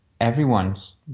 everyone's